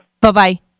Bye-bye